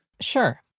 Sure